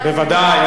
בוודאי,